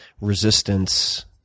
resistance